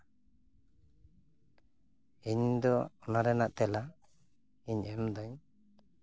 ᱤᱧ ᱫᱚ ᱚᱱᱟ ᱨᱮᱱᱟᱜ ᱛᱮᱞᱟ ᱤᱧ ᱮᱢᱫᱟᱹᱧ